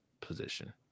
position